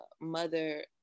mother